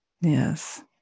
Yes